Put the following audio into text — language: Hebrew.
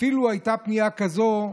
אפילו הייתה פנייה כזו,